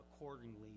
accordingly